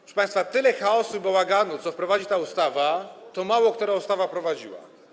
Proszę państwa, tyle chaosu i bałaganu, ile wprowadzi ta ustawa, mało która ustawa wprowadziła.